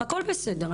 הכול בסדר.